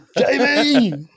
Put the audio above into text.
Jamie